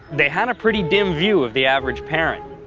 they had a pretty dim view of the average parent.